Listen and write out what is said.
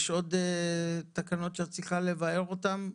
יש עוד תקנות שאת צריכה לבאר אותן?